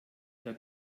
der